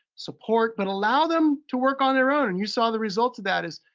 support, but allow them to work on their own, and you saw the results of that is,